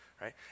right